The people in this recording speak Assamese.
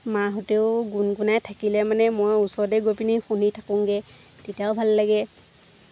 মাহঁতেও গুণগুনাই থাকিলে মানে মই ওচৰতে গৈ পিনি শুনি থাকোঁগৈ তেতিয়াও ভাল লাগে